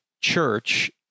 Church